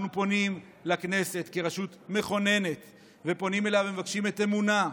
אנחנו פונים לכנסת כרשות מכוננת ופונים אליה ומבקשים את אמונה,